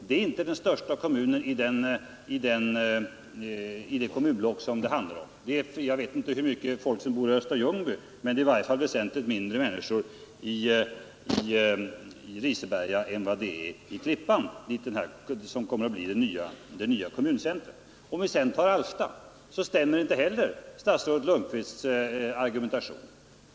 Den är inte den största kommunen i det kommunblock det handlar om. Jag vet inte hur mycket folk som bor i Östra Ljungby, men det är i varje fall väsentligt färre människor i Riseberga än i Klippan, som kommer att bli centrum i den nya kommunen. På Alfta stämmer statsrådet Lundkvists argumentation inte heller.